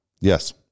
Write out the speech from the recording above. Yes